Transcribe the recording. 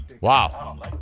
Wow